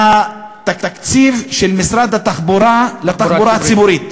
מהתקציב של משרד התחבורה לתחבורה הציבורית,